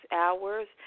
hours